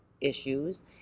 issues